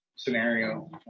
scenario